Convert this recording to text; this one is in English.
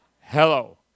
Hello